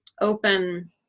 open